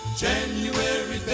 january